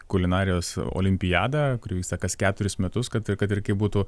kulinarijos olimpiada kuri vyksta kas keturis metus kad ir kad ir kaip būtų